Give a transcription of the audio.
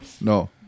No